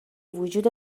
وجود